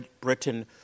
Britain